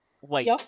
wait